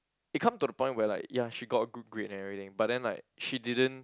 it come to the point where like ya she got a good grade and everything but then like she didn't